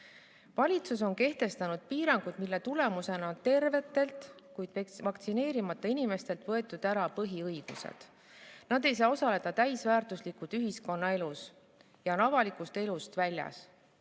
Valitsus on kehtestanud piirangud, mille tulemusena tervetelt, kuid vaktsineerimata inimestelt on võetud ära põhiõigused. Nad ei saa osaleda täisväärtuslikult ühiskonnaelus ja on avalikust elust väljas.